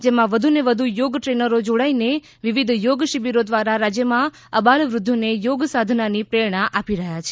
જેમાં વધુને વધુ યોગ ટ્રેનરો જોડાઇને વિવિધ યોગ શિબિરો દ્વારા રાજ્યમાં અબાલવુધ્ધોને યોગસાધનાની પ્રેરણા આપી રહ્યાં છે